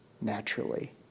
naturally